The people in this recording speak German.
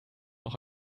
noch